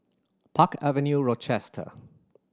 Park Avenue Rochester